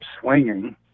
swinging